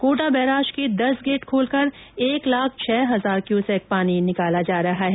Kota barrage के दस gate खोलकर एक लाख छह हजार क्यूसेक पानी निकाला जा रहा है